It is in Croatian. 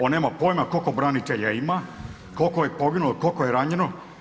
On nema pojma koliko branitelja ima, koliko je poginulo, koliko je ranjeno.